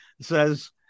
says